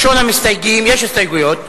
יש הסתייגויות.